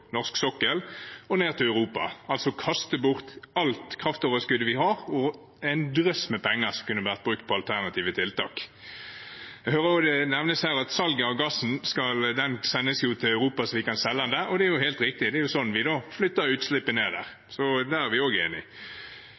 sokkel og ned til Europa – altså kaste bort alt kraftoverskuddet vi har, og en drøss med penger, som kunne ha vært brukt på alternative tiltak. Det nevnes her at gassen sendes til Europa, slik at de kan selge den der, og det er helt riktig. Det er slik vi flytter utslippene ned dit. Der er vi